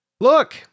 Look